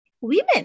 women